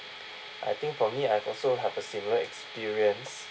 I think for me I also have a similar experience